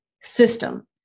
system